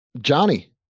Johnny